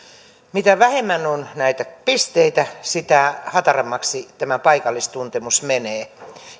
mitä vähemmän on näitä pisteitä sitä hatarammaksi tämä paikallistuntemus menee